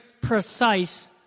precise